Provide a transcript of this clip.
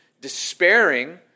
despairing